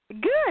Good